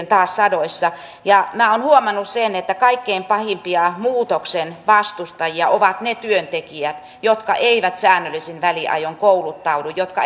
taas sadoissa minä olen huomannut sen että kaikkein pahimpia muutoksen vastustajia ovat ne työntekijät jotka eivät säännöllisin väliajoin kouluttaudu jotka